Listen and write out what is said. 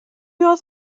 oedd